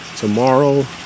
Tomorrow